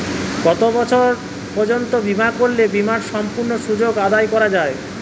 কত বছর পর্যন্ত বিমা করলে বিমার সম্পূর্ণ সুযোগ আদায় করা য়ায়?